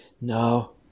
No